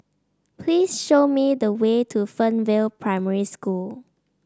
please show me the way to Fernvale Primary School